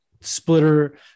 splitter